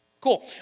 Cool